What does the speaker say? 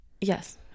Yes